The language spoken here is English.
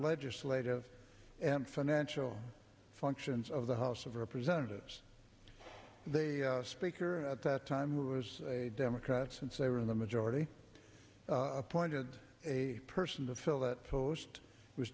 legislative and financial functions of the house of representatives the speaker at that time was a democrat since they were in the majority appointed a person to fill that post w